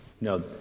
No